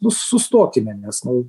nu sustokime nes nu